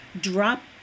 Drop